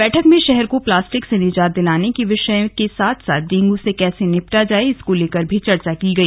बैठक में शहर को प्लास्टिक से निजात दिलाने के विषय के साथ साथ डेंग से कैसे निबटा जाए इसको लेकर चर्चा की गई